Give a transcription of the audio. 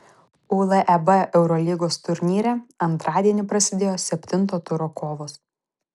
uleb eurolygos turnyre antradienį prasidėjo septinto turo kovos